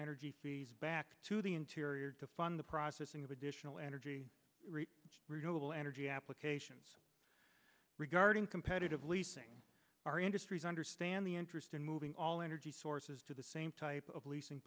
energy feeds back to the interior define the processing of additional energy renewable energy applications regarding competitive leasing our industries understand the interest in moving all energy sources to the same type of leasing